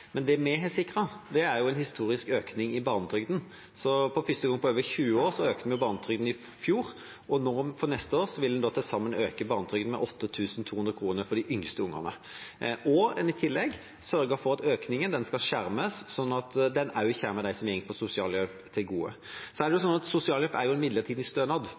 Men det vi har sikret, er en historisk økning i barnetrygden. For første gang på over 20 år økte vi barnetrygden i fjor, og for neste år vil vi til sammen øke barnetrygden med 8 200 kr for de yngste ungene. En har i tillegg sørget for at økningen skal skjermes, sånn at den også kommer dem som går på sosialhjelp, til gode. Det er sånn at sosialhjelp er en midlertidig stønad,